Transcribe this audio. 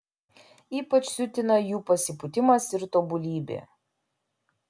ypač siutina jų pasipūtimas ir tobulybė